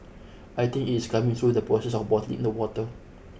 I think it is coming through the process of bottling the water